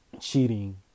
cheating